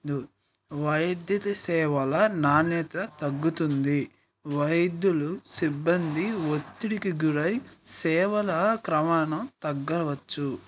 దు వైద్య సేవల నాణ్యత తగ్గుతుంది వైద్యులు సిబ్బంది ఒత్తిడికి గురై సేవల ప్రామాణం తగ్గవచ్చు